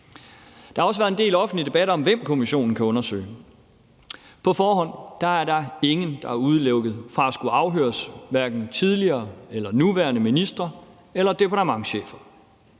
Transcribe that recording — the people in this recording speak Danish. Der har også været en del offentlig debat om, hvem kommissionen kan undersøge. På forhånd er der ingen, der er udelukket fra at skulle afhøres, hverken tidligere eller nuværende ministre eller departementschefer.